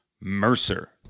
mercer